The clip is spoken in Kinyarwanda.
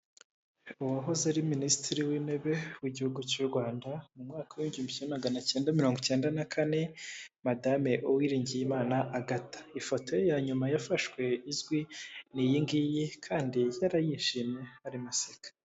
Uwahoze ari minisitiri w'intebe w'igihugu cy'u Rwanda mu mwaka w'igihumbi kimwe magana cyenda mirongo icyenda na kane madame Uwiringiyimana Agatha, ifoto ye yanyuma yafashwe izwi ni iyingiyi kandi yari yishimiye arimo aseka.